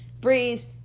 Breeze